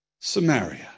Samaria